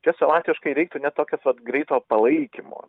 čia savotiškai reiktų net tokios vat greito palaikymo